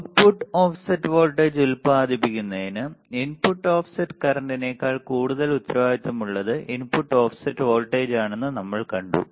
output offset voltage ഉൽപാദിപ്പിക്കുന്നതിന് input offset കറൻറ്നേക്കാൾകൂടുതൽ ഉത്തരവാദിത്തമുള്ളത് ഇൻപുട്ട് ഓഫ്സെറ്റ് വോൾട്ടേജാണെന്ന് നമ്മൾ കണ്ടു